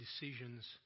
decisions